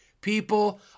People